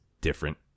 different